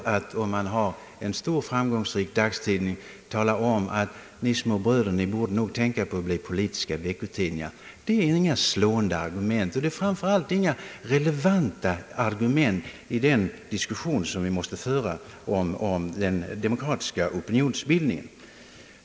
Och har man en stor och framgångsrik dagstidning kan man säga: Ni små bröder borde nog tänka på att ge ut politiska veckotidningar! Det är inga slående argument, och det är framför allt inga relevanta argument i den diskussion vi måste föra om den demokratiska opinionsbildningen.